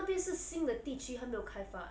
那边是新的地区还没有开发